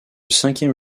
cinquième